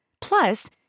Plus